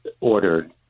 ordered